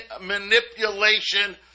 manipulation